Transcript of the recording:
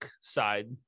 side